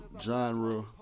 genre